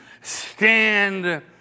stand